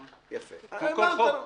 הבנתי.